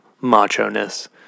macho-ness